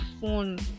phone